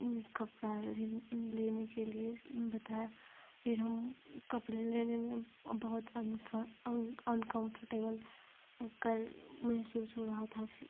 कपड़ा लेने लेने के लिए बताया फिर हम कपड़े लेने में बहुत अनकंफरटेबल कर महसूस हो रहा था